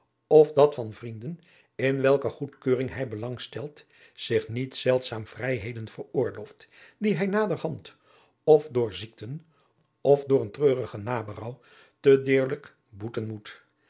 of dat van vrienden in welker goedkeuring hij belang stelt zich niet zeldzaam vrijheden veroorlooft die hij naderhand of door ziekten of door een treurige naberouw te deerlijk boeten moet